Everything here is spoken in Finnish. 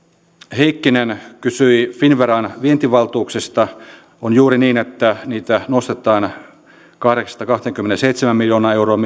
heikkinen kysyi finnveran vientivaltuuksista on juuri niin että niitä nostetaan kahdeksasta kahteenkymmeneenseitsemään miljoonaan euroon